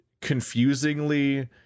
confusingly